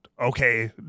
okay